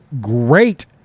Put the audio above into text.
great